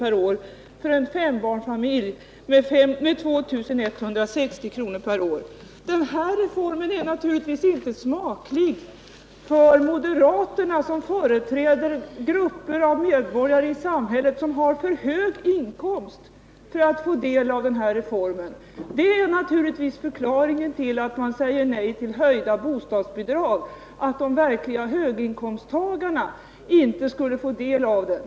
och för en fembarnsfamilj 2 160 kr. Denna reform är naturligtvis inte smaklig för moderaterna, som företräder grupper av medborgare i samhället som har för hög inkomst för att få del av reformen. Förklaringen till att man säger nej till höjda bostadsbidrag är naturligtvis att de verkliga höginkomsttagarna inte skulle få del av dessa.